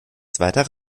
zweiter